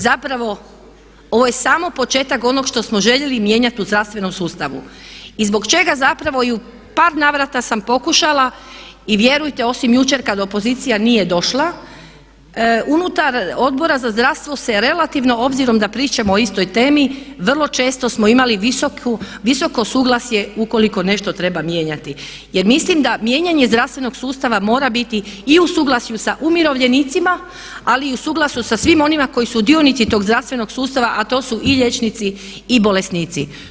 Zapravo ovo je samo početak onog što smo željeli mijenjati u zdravstvenom sustavu i zbog čega zapravo i u par navrata sam pokušala i vjerujete osim jučer kad opozicija nije došla, unutar Odbora za zdravstvo se relativno obzirom da pričamo o istoj temi, vrlo često smo imali visoko suglasje ukoliko nešto treba mijenjati jer mislim da mijenjanje zdravstvenog sustava mora biti i u suglasju sa umirovljenicama ali i u suglasju sa svim onima koji su dionici tog zdravstvenog sustava a to su i liječnici i bolesnici.